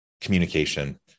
communication